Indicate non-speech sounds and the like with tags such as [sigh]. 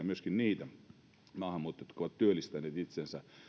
[unintelligible] myöskin kymmeniätuhansia maahanmuuttajia jotka ovat työllistäneet itsensä